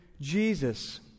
Jesus